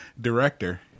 director